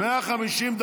מה-150?